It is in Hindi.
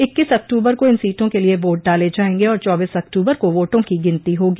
इक्कीस अक्त्बर को इन सीटों के लिये वोट डाले जायेंगे और चौबीस अक्तूबर को वोटों की गिनती होगी